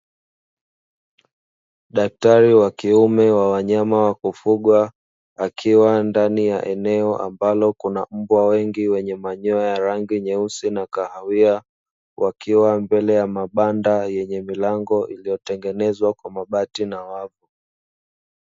Daktari wa kiume wa wanyama wa kufugwa akiwa ndani ya eneo ambalo kuna mbwa wengi wenye manyoya ya rangi nyeusi na kahawia, wakiwa mbele ya mabanda yenye milango iliyotengenezwa kwa mabati na wavu.